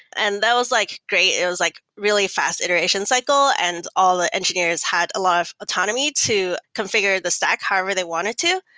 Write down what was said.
and that was like great. it was like really fast iteration cycle and all the engineer had a lot of autonomy to confi gure the stack however they wanted to.